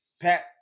Pat